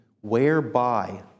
whereby